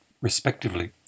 respectively